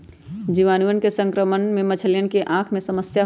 जीवाणुअन के संक्रमण से मछलियन के आँख में समस्या होबा हई